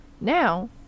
now